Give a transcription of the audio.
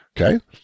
Okay